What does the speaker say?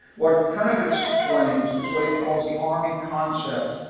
what krepinevich blames is what he calls the army concept,